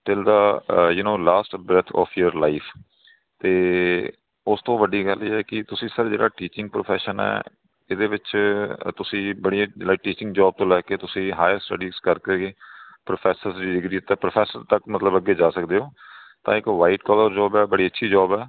till the you know last breath of your life ਅਤੇ ਉਸ ਤੋਂ ਵੱਡੀ ਗੱਲ ਇਹ ਹੈ ਕਿ ਤੁਸੀਂ ਸਰ ਜਿਹੜਾ ਟੀਚਿੰਗ ਪ੍ਰੋਫੈਸ਼ਨ ਹੈ ਇਹਦੇ ਵਿੱਚ ਤੁਸੀਂ ਜੀ ਬੜੀਆਂ ਲਾਈਕ ਟੀਚਿੰਗ ਜੋਬ ਤੋਂ ਲੈ ਕੇ ਤੁਸੀਂ ਹਾਇਰ ਸਟੱਡੀਜ਼ ਕਰਕੇ ਤੁਸੀਂ ਪ੍ਰੋਫੈਸਰ ਦੀ ਡਿਗਰੀ ਪ੍ਰੋਫੈਸਰ ਤੱਕ ਮਤਲਬ ਅੱਗੇ ਜਾ ਸਕਦੇ ਹੋ ਤਾਂ ਇੱਕ ਵਾਈਟ ਕੋਲਰ ਜੋਬ ਹੈ ਬੜੀ ਅੱਛੀ ਜੋਬ ਹੈ